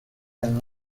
and